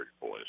Boys